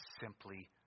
simply